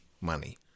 money